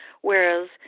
whereas